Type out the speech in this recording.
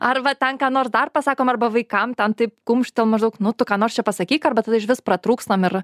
arba ten ką nors dar pasakom arba vaikam ten taip kumštį maždaug nu tu ką nors pasakyk arba tada išvis pratrūkstam ir